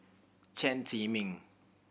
Chen Zhiming